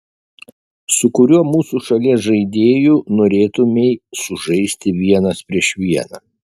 su kuriuo mūsų šalies žaidėju norėtumei sužaisti vienas prieš vieną